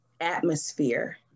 atmosphere